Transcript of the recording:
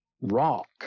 rock